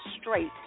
straight